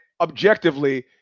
objectively